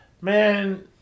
Man